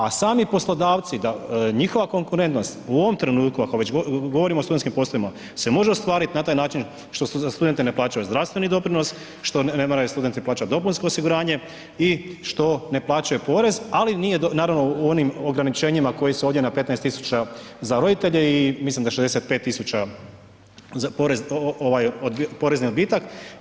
A sami poslodavci, njihova konkurentnost u ovom trenutku, ako već govorimo o studentskim poslovima, se može ostvariti na taj način što za studente ne plaćaju zdravstveni doprinos, što ne moraju studente plaćati dopunsko osiguranje i što ne plaćaju porez, ali nije naravno, u onim ograničenjima koji su ovdje na 15 tisuća za roditelje i mislim da 65 tisuća za porez, porezni odbitak.